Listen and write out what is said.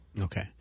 Okay